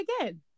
again